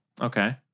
Okay